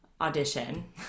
audition